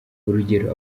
urugero